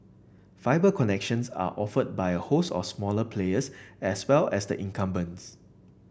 fibre connections are offered by a host of smaller players as well as the incumbents